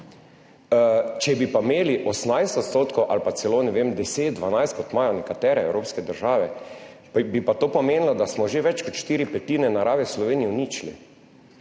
Če bi pa imeli 18 % ali pa celo, ne vem, 10, 12, kot imajo nekatere evropske države, bi pa to pomenilo, da smo že več kot štiri petine narave Slovenije uničili.